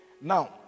Now